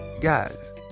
Guys